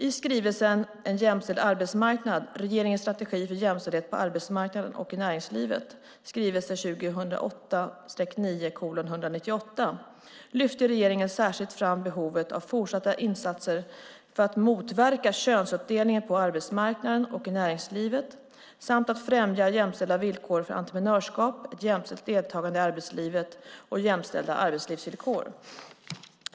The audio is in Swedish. I skrivelsen En jämställd arbetsmarknad - regeringens strategi för jämställdhet på arbetsmarknaden och i näringslivet lyfte regeringen särskilt fram behovet av fortsatta insatser för att motverka könsuppdelningen på arbetsmarknaden och i näringslivet samt för att främja jämställda villkor för entreprenörskap, ett jämställt deltagande i arbetslivet och jämställda arbetslivsvillkor.